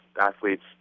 athletes